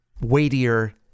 weightier